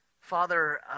Father